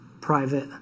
private